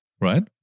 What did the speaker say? right